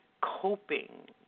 coping